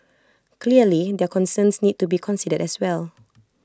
clearly their concerns need to be considered as well